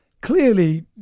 clearly